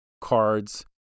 cards